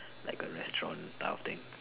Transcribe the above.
like a restaurant type of thing